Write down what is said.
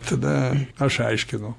tada aš aiškinu